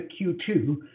Q2